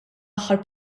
aħħar